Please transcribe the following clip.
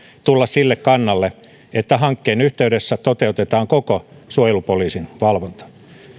tulla sille kannalle että hankkeen yhteydessä toteutetaan koko suojelupoliisin valvonta